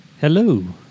Hello